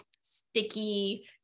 sticky